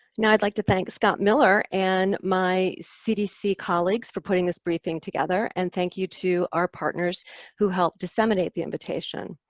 now i'd like to thank scott miller and my cdc colleagues for putting this briefing together and thank you to our partners who helped disseminate the invitation.